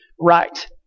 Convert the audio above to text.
right